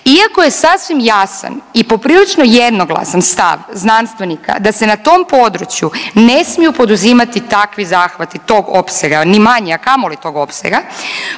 iako je sasvim jasan i poprilično jednoglasan stav znanstvenika da se na tom području ne smiju poduzimati takvi zahvati tog opsega, ni manji, a kamoli tog opsega,